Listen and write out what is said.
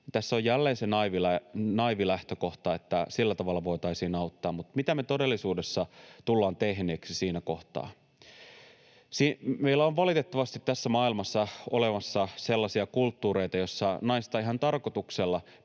Tässä on jälleen se naiivi lähtökohta, että sillä tavalla voitaisiin auttaa, mutta mitä me todellisuudessa tullaan tehneeksi siinä kohtaa? Meillä on valitettavasti olemassa tässä maailmassa sellaisia kulttuureita, joissa naisia ihan tarkoituksella